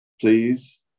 Please